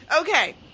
Okay